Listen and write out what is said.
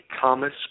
Thomas